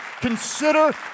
Consider